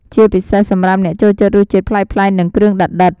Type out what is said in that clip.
ជាពិសេសសម្រាប់អ្នកចូលចិត្តរសជាតិប្លែកៗ និងគ្រឿងដិតៗ។